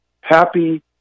happy